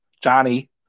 Johnny